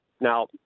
Now